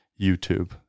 youtube